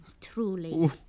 Truly